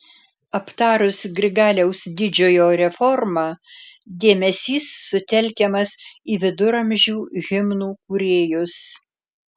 aptarus grigaliaus didžiojo reformą dėmesys sutelkiamas į viduramžių himnų kūrėjus